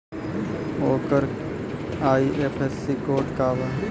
ओकर IFSC code का बा?